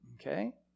okay